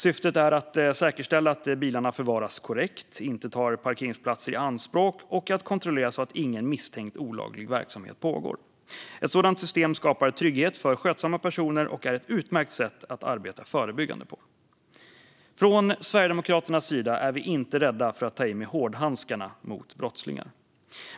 Syftet är att säkerställa att bilarna förvaras korrekt och inte tar parkeringsplatser i anspråk. Man ska också kontrollera att ingen misstänkt olaglig verksamhet pågår. Ett sådant system skapar trygghet för skötsamma personer och är ett utmärkt sätt att arbeta förebyggande på. Från Sverigedemokraternas sida är vi inte rädda för att ta i med hårdhandskarna mot brottslingar.